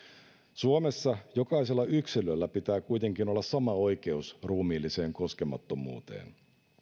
suomessa jokaisella yksilöllä pitää kuitenkin olla sama oikeus ruumiilliseen koskemattomuuteen